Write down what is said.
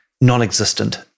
non-existent